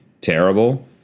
terrible